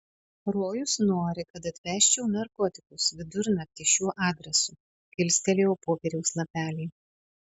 rojus nori kad atvežčiau narkotikus vidurnaktį šiuo adresu kilstelėjau popieriaus lapelį